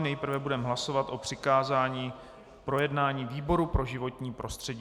Nejprve budeme hlasovat o přikázání k projednání výboru pro životní prostředí.